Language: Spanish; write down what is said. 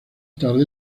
tarde